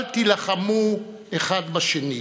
אל תילחמו אחד בשני.